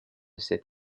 cette